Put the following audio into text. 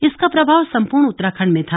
इसका प्रभाव सम्पूर्ण उत्तराखण्ड में था